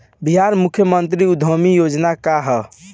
बिहार मुख्यमंत्री उद्यमी योजना का है?